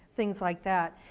things like that.